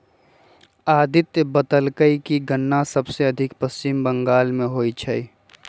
अदित्य बतलकई कि गन्ना सबसे अधिक पश्चिम बंगाल में होई छई